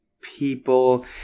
people